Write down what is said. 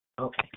Okay